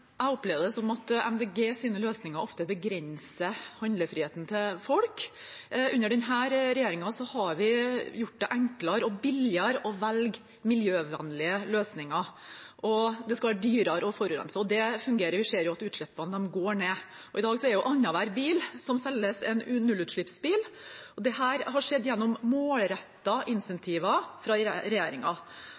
som at Miljøpartiet De Grønnes løsninger ofte begrenser handlefriheten til folk. Under denne regjeringen har vi gjort det enklere og billigere å velge miljøvennlige løsninger, og det skal være dyrere å forurense. Det fungerer. Vi ser jo at utslippene går ned. I dag er annenhver bil som selges, en nullutslippsbil. Dette har skjedd gjennom målrettede insentiver fra